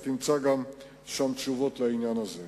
אז תמצא שם גם תשובות לעניין הזה.